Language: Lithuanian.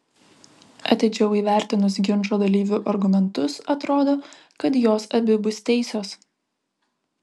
atidžiau įvertinus ginčo dalyvių argumentus atrodo kad jos abi bus teisios